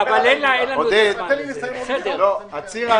תתכנס לתשובה.